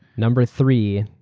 number three,